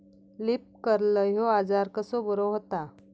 Leaf curl ह्यो आजार कसो बरो व्हता?